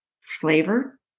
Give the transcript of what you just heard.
flavor